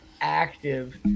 active